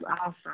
awesome